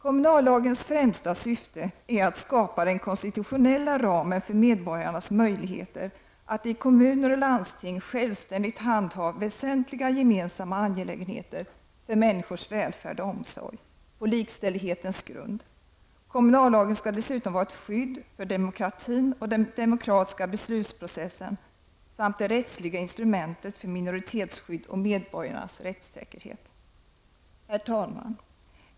Kommunallagens främsta syfte är att skapa den konstitutionella ramen för medborgarnas möjligheter att på likställighetens grund i kommuner och landsting självständigt handha för människors välfärd och omsorg väsentliga gemensamma angelägenheter. Kommunallagen skall dessutom vara ett skydd för demokratin och den demokratiska beslutsprocessen samt det rättsliga instrumentet för minoritetsskydd och medborgarnas rättssäkerhet. Herr talman!